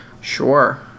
sure